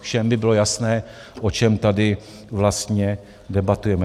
Všem by bylo jasné, o čem tady vlastně debatujeme.